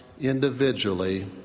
individually